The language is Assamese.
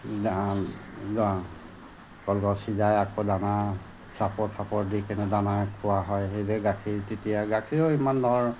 কলগছ সিজাই আকৌ দানা চাপৰ ঠাপৰ দি কেনে দানা খোৱা হয় সেইদৰে গাখীৰ তেতিয়া গাখীৰো ইমান দৰ